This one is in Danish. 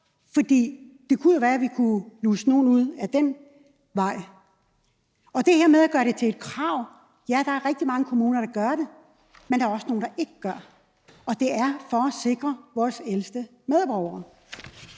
For det kunne jo være, at vi ad den vej kunne luge nogle ud. Og til det her med at gøre det til et krav: Ja, der er rigtig mange kommuner, der gør det, men der er også nogle, der ikke gør det. Og det er for at sikre vores ældste medborgere.